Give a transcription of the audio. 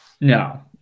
no